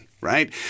right